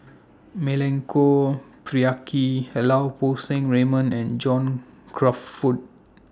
Milenko Prvacki Lau Poo Seng Raymond and John Crawfurd